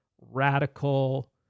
radical